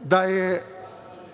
da su